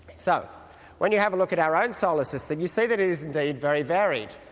so when you have a look at our own solar system you see that it is indeed very varied.